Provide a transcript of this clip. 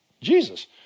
Jesus